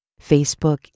Facebook